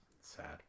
Sad